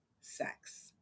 sex